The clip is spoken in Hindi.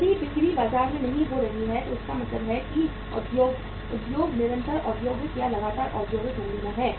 यदि बिक्री बाजार में नहीं हो रही है तो इसका मतलब है कि उद्योग निरंतर औद्योगिक या लगातार औद्योगिक मंदी में है